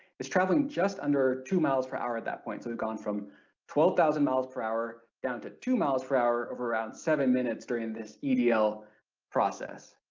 it's traveling just under two miles per hour at that point so we've gone from twelve thousand miles per hour down to two miles per hour of around seven minutes during this edl process.